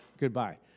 Goodbye